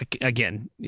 Again